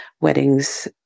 weddings